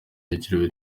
byiciro